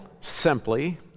simply